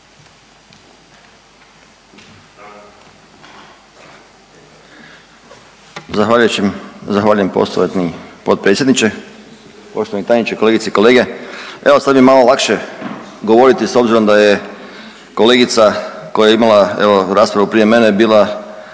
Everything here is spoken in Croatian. Zahvaljujem poštovani potpredsjedniče, poštovani tajniče, kolegice i kolege. Evo sad mi je malo lakše govoriti s obzirom da je kolegica koja je imala evo raspravu prije mene bila